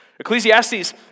Ecclesiastes